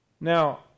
Now